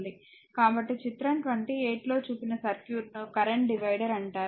కాబట్టి చిత్రం 28 లో చూపిన సర్క్యూట్ను కరెంట్ డివైడర్ అంటారు